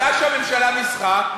הצעה שהממשלה ניסחה,